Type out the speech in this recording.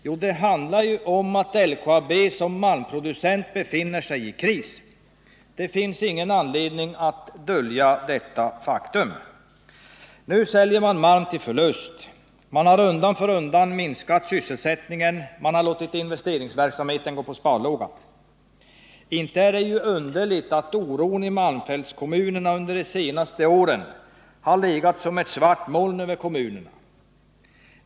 Jo, det handlar om att LKAB som malmproducent befinner sig i kris. Det finns ingen anledning att dölja detta faktum. Nu säljer man malm med förlust. Man har undan för undan minskat sysselsättningen och låtit investeringsverksamheten gå på sparlåga. Det är inte underligt att oron i malmfälten under de senaste åren har legat som ett svart moln över kommunerna.